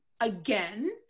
again